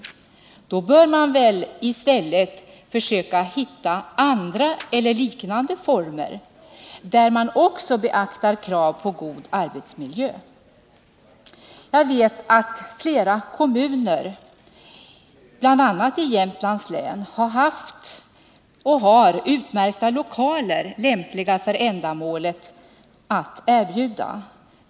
Man bör i stället försöka hitta andra eller liknande former, där man också beaktar krav på god arbetsmiljö. Jag vet att flera kommuner, bl.a. i Jämtlands län, har haft och har utmärkta lokaler, lämpliga för ändamålet, att erbjuda.